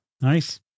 Nice